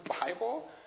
Bible